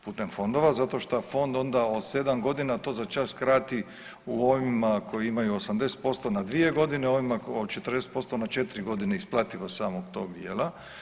Putem fondova zato šta fond onda od 7 godina to začas skrati u ovima koji imaju 80% na 2 godine, ovima od 40% na 4 godine isplativo samog tog dijela.